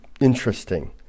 interesting